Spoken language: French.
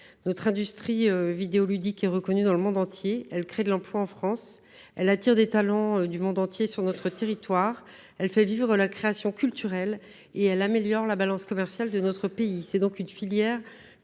Notre industrie vidéoludique est reconnue dans le monde entier, crée des emplois en France, attire des talents du monde entier sur notre territoire, fait vivre la création culturelle et améliore la balance commerciale de notre pays. Nous devons donc soutenir